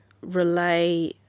relay